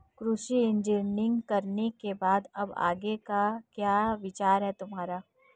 कृषि इंजीनियरिंग करने के बाद अब आगे का क्या विचार है तुम्हारा?